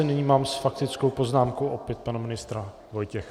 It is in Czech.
Nyní mám s faktickou poznámkou opět pana ministra Vojtěcha.